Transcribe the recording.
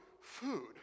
food